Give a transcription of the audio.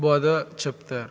బోధ చెప్తారు